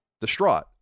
distraught